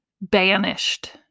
banished